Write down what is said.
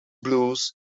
blues